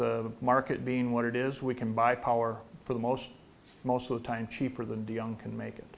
the market being what it is we can buy power for the most most of the time cheaper than the young can make it